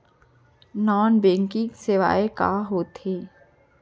non banking सेवाएं का होथे